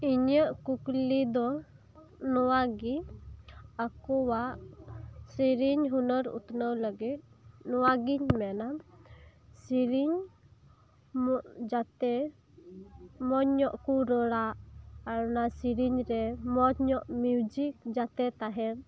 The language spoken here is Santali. ᱤᱧᱟᱹᱜ ᱠᱩᱠᱞᱤ ᱫᱚ ᱱᱚᱶᱟ ᱜᱮ ᱟᱠᱚᱣᱟᱜ ᱥᱮᱨᱮᱧ ᱦᱩᱱᱟᱹᱨ ᱩᱛᱱᱟᱹᱣ ᱞᱟᱹᱜᱤᱫ ᱱᱚᱶᱟᱜᱮᱧ ᱢᱮᱱᱟ ᱥᱮᱨᱮᱧ ᱡᱟᱛᱮ ᱢᱚᱸᱡᱽ ᱧᱚᱜ ᱠᱚ ᱨᱚᱲᱟ ᱟᱨ ᱚᱱᱟ ᱥᱮᱨᱮᱧ ᱨᱮ ᱢᱚᱸᱡᱽ ᱧᱚᱜ ᱢᱤᱭᱩᱡᱤᱠ ᱡᱟᱛᱮ ᱛᱟᱦᱮᱸᱱ